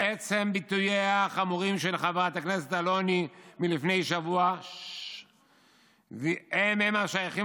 בעצם ביטוייה החמורים של חברת הכנסת אלוני מלפני שבוע הם הם השייכים